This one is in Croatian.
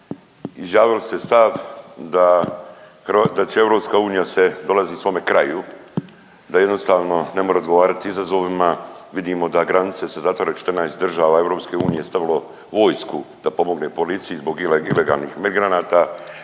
izjavili ste stav da će EU se, dolazi svome kraju, da jednostavno ne more odgovarati izazovima. Vidimo da granice se zatvaraju. 14 država EU je stavilo vojsku da pomogne policiji zbog ilegalnih migranata.